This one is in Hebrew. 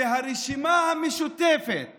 הרשימה המשותפת